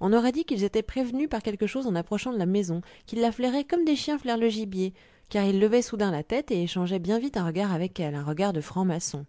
on aurait dit qu'ils étaient prévenus par quelque chose en approchant de la maison qu'ils la flairaient comme les chiens flairent le gibier car ils levaient soudain la tête et échangeaient bien vite un regard avec elle un regard de franc maçon